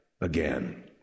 again